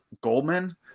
Goldman